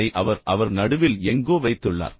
அதை அவர் அவர் நடுவில் எங்கோ வைத்துள்ளார்